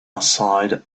aside